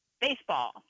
Baseball